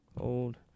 old